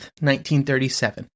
1937